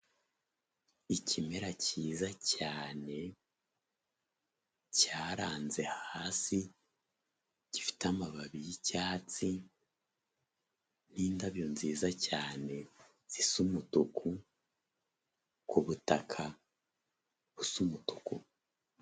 Ikimera cyiza cyane cyaranze hasi gifite amababi y'icyatsi nindabyo nziza cyane zisa umutuku kubutaka busa umutuku.